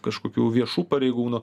kažkokių viešų pareigūnų